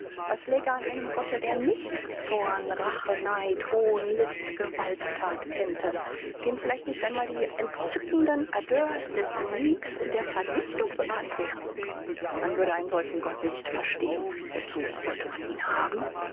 was läge an einem gotte der nicht zorn rache neid hohn list gewaltthat kennte dem vielleicht nicht einmal die entzückenden ardeurs des siegs und der vernichtung bekannt wären man würde einen solchen gott nicht verstehn wozu sollte man ihn haben